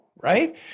right